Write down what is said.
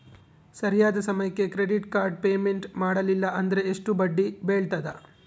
ಸರಿಯಾದ ಸಮಯಕ್ಕೆ credit card payment ಮಾಡಲಿಲ್ಲ ಅಂದ್ರೆ ಎಷ್ಟು ಬಡ್ಡಿ ಬೇಳ್ತದ?